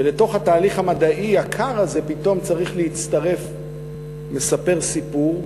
ולתוך התהליך המדעי הקר הזה פתאום צריך להצטרף מספר סיפור,